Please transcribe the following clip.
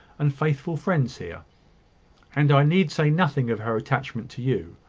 and faithful friends here and i need say nothing of her attachment to you.